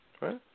right